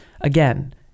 again